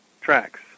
tracks